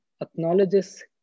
acknowledges